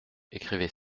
écrivez